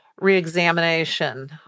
re-examination